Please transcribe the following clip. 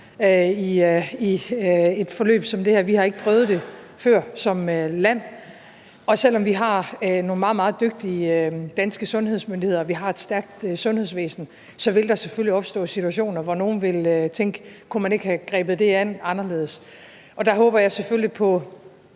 i et forløb som det her. Vi har som land ikke prøvet det før, og selv om vi har nogle meget, meget dygtige danske sundhedsmyndigheder og vi har et stærkt sundhedsvæsen, vil der selvfølgelig opstå situationer, hvor nogle vil tænke: Kunne man ikke have grebet det anderledes an? Og der håber jeg selvfølgelig på